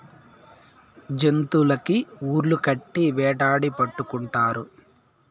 జంతులకి ఉర్లు కట్టి వేటాడి పట్టుకుంటారు